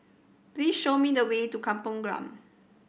please show me the way to Kampung Glam